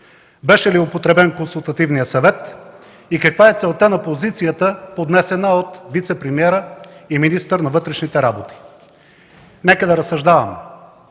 беше ли употребен Консултативният съвет и каква е целта на позицията, поднесена от вицепремиера и министър на вътрешните работи? Нека да разсъждаваме.